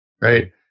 Right